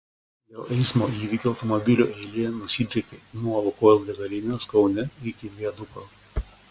dėl eismo įvykio automobilio eilė nusidriekė nuo lukoil degalinės kaune iki viaduko